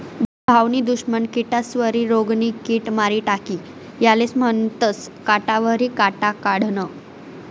भाऊनी दुश्मन किडास्वरी रोगनी किड मारी टाकी यालेज म्हनतंस काटावरी काटा काढनं